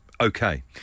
okay